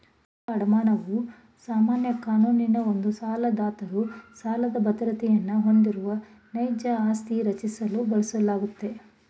ಸ್ವಂತ ಅಡಮಾನವು ಸಾಮಾನ್ಯ ಕಾನೂನಿನ ಒಂದು ಸಾಲದಾತರು ಸಾಲದ ಬದ್ರತೆಯನ್ನ ಹೊಂದಿರುವ ನೈಜ ಆಸ್ತಿ ರಚಿಸಲು ಬಳಸಲಾಗುತ್ತೆ